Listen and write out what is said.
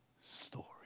story